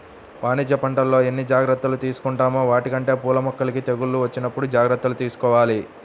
వాణిజ్య పంటల్లో ఎన్ని జాగర్తలు తీసుకుంటామో వాటికంటే పూల మొక్కలకి తెగుళ్ళు వచ్చినప్పుడు జాగర్తలు తీసుకోవాల